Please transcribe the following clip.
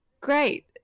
great